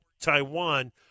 Taiwan